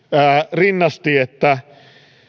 rinnasti